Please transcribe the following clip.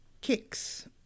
kicks